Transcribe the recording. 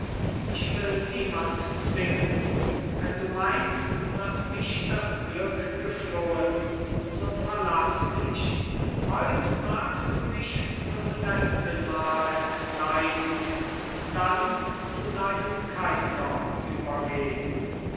ich will niemand zwingen wenn du meinst daß mich das glück geflohen so verlaß mich heut magst du mich zum letztenmal entkleiden und dann zu deinem kaiser übergehn